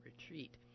retreat